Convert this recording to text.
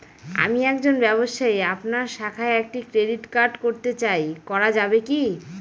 আমি একজন ব্যবসায়ী আপনার শাখায় একটি ক্রেডিট কার্ড করতে চাই করা যাবে কি?